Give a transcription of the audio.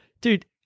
Dude